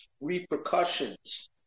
repercussions